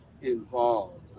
involved